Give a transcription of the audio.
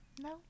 No